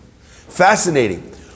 Fascinating